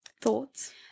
Thoughts